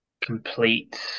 complete